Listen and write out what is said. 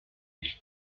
ich